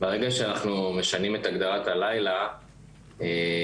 ברגע שאנחנו משנים את הגדרת הלילה עצמה,